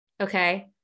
Okay